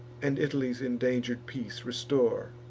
and italy's indanger'd peace restore.